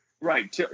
Right